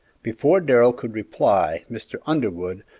before darrell could reply, mr. underwood,